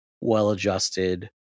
well-adjusted